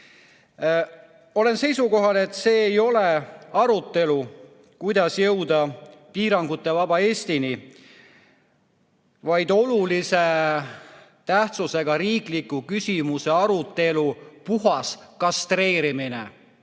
Olen seisukohal, et see ei ole arutelu selle üle, kuidas jõuda piirangutevaba Eestini, vaid olulise tähtsusega riikliku küsimuse arutelu puhas kastreerimine.